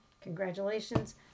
Congratulations